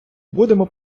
будемо